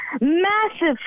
massive